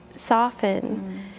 soften